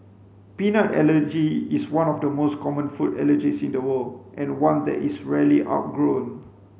peanut allergy is one of the most common food allergies in the world and one that is rarely outgrown